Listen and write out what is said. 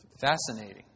Fascinating